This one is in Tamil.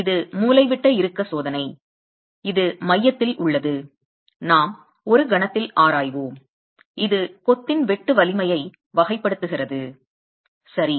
இது மூலைவிட்ட இறுக்க சோதனை மையத்தில் உள்ளது நாம் ஒரு கணத்தில் ஆராய்வோம் இது கொத்தின் வெட்டு வலிமையை shear strength of masonry வகைப்படுத்துகிறது சரி